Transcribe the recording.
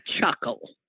chuckle